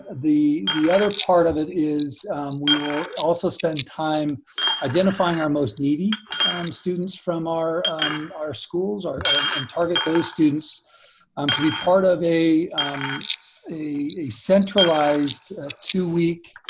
the the other part of it is we will also spend time identifying our most needy students from our our schools and and target those students um to be part of a um a centralized two week